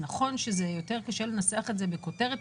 יותר קשה לנסח את זה בכותרת,